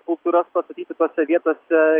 skulptūras pastatyti tose vietose